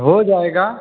हो जाएगा